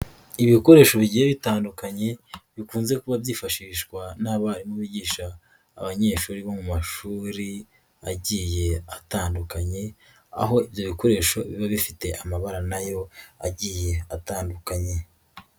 Ibikoresho bigiye bitandukanye, bikunze kuba byifashishwa n'abarimu bigisha abanyeshuri bo mu mashuri agiye atandukanye, aho ibyo bikoresho biba bifite amabara n'ayo agiye atandukanye.